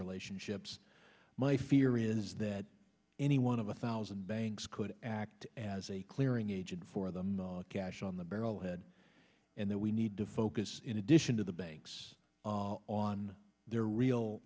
relationships my fear is that any one of a thousand banks could act as a clearing agent for them cash on the barrelhead and that we need to focus in addition to the banks on their real